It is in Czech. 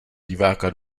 diváka